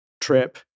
trip